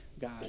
God